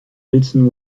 wilson